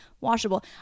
washable